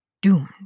Doomed